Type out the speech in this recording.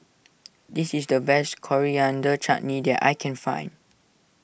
this is the best Coriander Chutney that I can find